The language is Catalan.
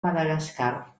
madagascar